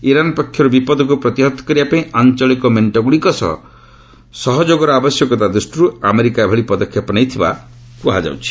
Iran ପକ୍ଷରୁ ବିପଦକୁ ପ୍ରତିହତ କରିବାପାଇଁ ଆଞ୍ଚଳିକ ମେଣ୍ଟଗ୍ରଡ଼ିକ ସହ ସହଯୋଗର ଆବଶ୍ୟକତା ଦୃଷ୍ଟିଗ୍ର ଆମେରିକା ଏଭଳି ପଦକ୍ଷେପ ନେଇଥିବା କୁହାଯାଉଛି